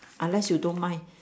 unless you don't mind